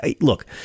Look